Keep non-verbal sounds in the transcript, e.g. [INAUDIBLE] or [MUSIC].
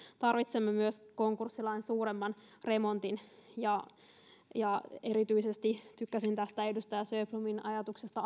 tarvitsemme myös konkurssilain suuremman remontin erityisesti tykkäsin tästä edustaja sjöblomin ajatuksesta [UNINTELLIGIBLE]